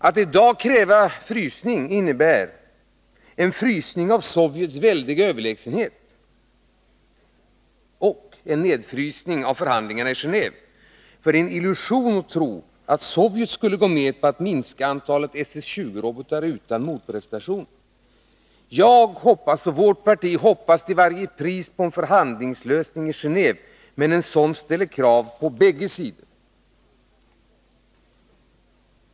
Att i dag kräva frysning innebär en frysning av Sovjets väldiga överlägsenhet och en nedfrysning av förhandlingarna i Gené&ve, för det är en illusion att tro att Sovjet skulle gå med på att minska antalet SS 20-robotar utan motprestationer. Jag själv och vårt parti hoppas på en förhandlingslösning i Genéve, men en sådan ställer krav på bägge sidor.